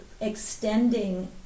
extending